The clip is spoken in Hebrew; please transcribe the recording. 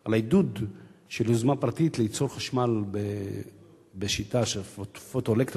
על העידוד של יוזמה פרטית לייצור חשמל בשיטה של פוטו-אלקטרי,